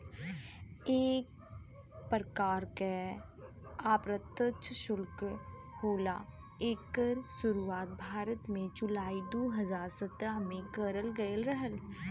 एक परकार के अप्रत्यछ सुल्क होला एकर सुरुवात भारत में जुलाई दू हज़ार सत्रह में करल गयल रहल